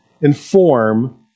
inform